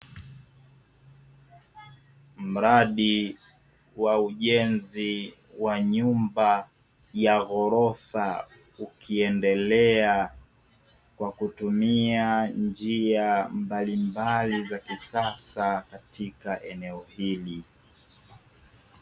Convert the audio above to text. Mradi wa ujenzi wa nyumba ya ghorofa ukiendelea kwa kutumia njia mbalimabli za kisasa katika eneo hili.